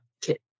kit